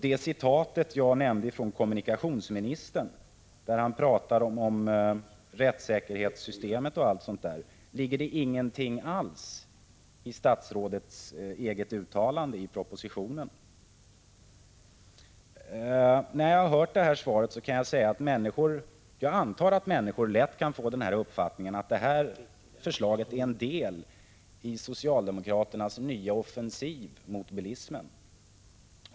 Jag citerade vad kommunikationsministern sagt om rättssäkerhetssystemet. Ligger det ingenting alls i statsrådets eget uttalande i propositionen? Efter att ha läst det här svaret antar jag att människor lätt kan få uppfattningen att förslaget är en del i socialdemokraternas nya offensiv mot bilismen.